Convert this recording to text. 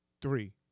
three